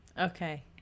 okay